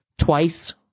twice